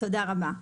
תודה רבה,